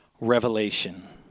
revelation